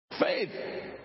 Faith